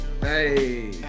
Hey